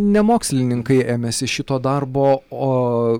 ne mokslininkai ėmėsi šito darbo o